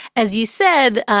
as you said,